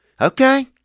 Okay